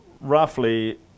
roughly